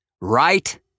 right